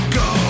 go